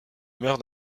meurt